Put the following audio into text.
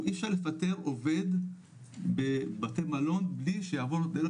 אי אפשר לפטר עובד בבתי מלון, בלי שיעבור דרך